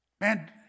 man